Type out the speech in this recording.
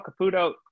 Caputo